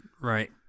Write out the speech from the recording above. right